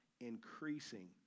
increasing